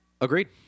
Agreed